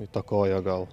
įtakojo gal